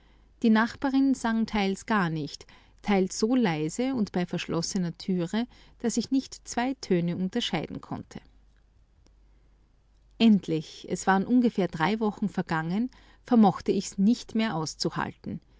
die nachbarin sang teils gar nicht teils so leise und bei verschlossener tüte daß ich nicht zwei töne unterscheiden konnte endlich es waren ungefähr drei wochen vergangen vermochte ich's nicht mehr auszuhalten